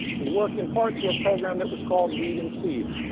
we worked, in part, through a program that was called weed and seed.